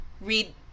read